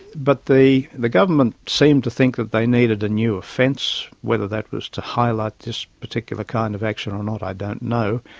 but the government seemed to think that they needed a new offence, whether that was to highlight this particular kind of action or not i don't know.